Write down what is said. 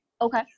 Okay